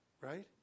right